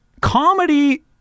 comedy